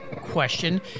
question